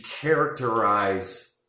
characterize